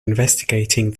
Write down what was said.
investigating